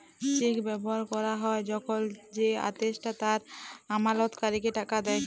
check ব্যবহার ক্যরা হ্যয় যখল যে আদেষ্টা তার আমালতকারীকে টাকা দেয়